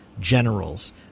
generals